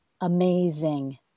amazing